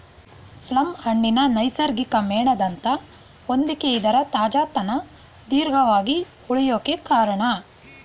plum ಹಣ್ಣಿನ ನೈಸರ್ಗಿಕ ಮೇಣದಂಥ ಹೊದಿಕೆ ಇದರ ತಾಜಾತನ ದೀರ್ಘವಾಗಿ ಉಳ್ಯೋಕೆ ಕಾರ್ಣ